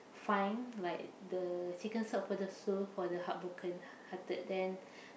find like the chicken soup for the soul for the heartbroken hearted then